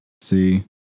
See